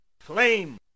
flame